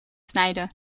snijden